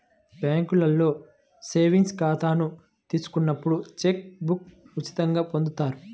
బ్యేంకులో సేవింగ్స్ ఖాతాను తీసుకున్నప్పుడు చెక్ బుక్ను ఉచితంగా పొందుతారు